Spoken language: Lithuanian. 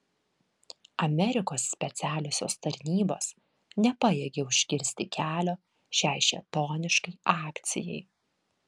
amerikos specialiosios tarnybos nepajėgė užkirsti kelio šiai šėtoniškai akcijai